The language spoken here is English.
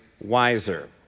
wiser